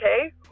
okay